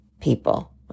people